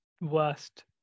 worst